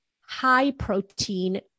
high-protein